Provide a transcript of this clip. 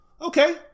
Okay